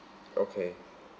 okay